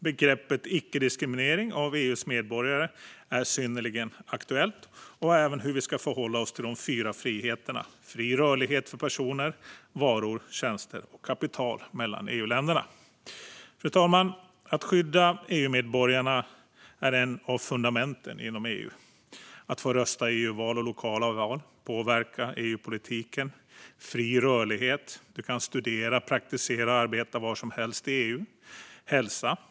Begreppet icke-diskriminering av EU-medborgare är synnerligen aktuellt och även hur vi ska förhålla oss till de fyra friheterna: fri rörlighet för personer, varor, tjänster och kapital mellan EU-länderna. Att skydda EU-medborgarna är ett av fundamenten inom EU. Du får rösta i EU-val och lokala val för att påverka EU-politiken. Den fria rörligheten gör att du kan studera, praktisera och arbeta var som helst i EU.